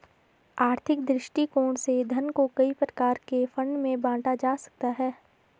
आर्थिक दृष्टिकोण से धन को कई प्रकार के फंड में बांटा जा सकता है